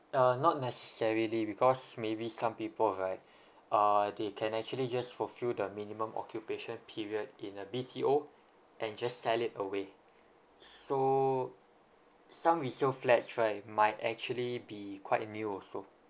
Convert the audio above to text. uh not necessarily because maybe some people right uh they can actually just fulfill the minimum occupation period in a B_T_O and just sell it away so some resale flats right might actually be quite new also